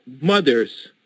mothers